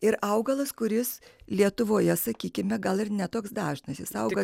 ir augalas kuris lietuvoje sakykime gal ir ne toks dažnasjis auga